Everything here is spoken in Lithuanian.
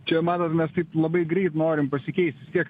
čia matot mes taip labai greit norim pasikeisti vis tiek